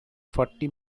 forty